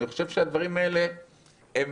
הדברים האלה הם